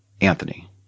Anthony